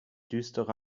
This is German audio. düstere